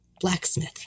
blacksmith